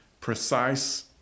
precise